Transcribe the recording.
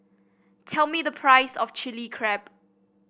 tell me the price of Chili Crab